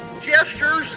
gestures